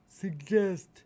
suggest